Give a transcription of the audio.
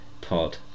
pod